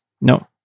No